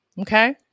okay